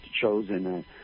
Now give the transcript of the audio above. chosen